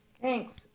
Thanks